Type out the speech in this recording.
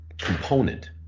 component